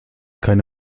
keine